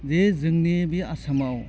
जे जोंनि बे आसामाव